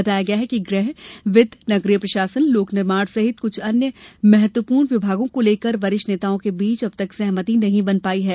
बताया गया है कि गृह वित्त नगरीय प्रशासन लोक निर्माण सहित कुछ अन्य महत्वपूर्ण विभागों को लेकर वरिष्ठ नेताओं के बीच अब तक सहमति नहीं बन पाई है